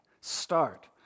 Start